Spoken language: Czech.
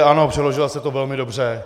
Ano, přeložila jste to velmi dobře.